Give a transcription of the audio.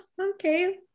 okay